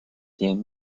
tienen